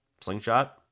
Slingshot